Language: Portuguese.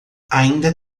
ainda